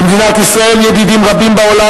למדינת ישראל ידידים רבים בעולם,